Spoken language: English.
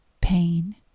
pain